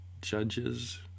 judges